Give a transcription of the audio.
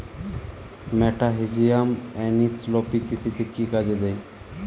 মেটাহিজিয়াম anisopliae কৃষিতে কি কাজে দেয়?